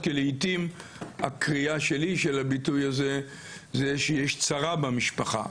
כי לעיתים הקריאה שלי של הביטוי הזה היא שיש צרה במשפחה,